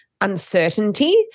uncertainty